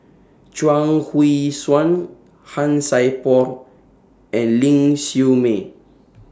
Chuang Hui Tsuan Han Sai Por and Ling Siew May